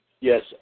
Yes